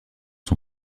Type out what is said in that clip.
son